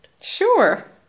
sure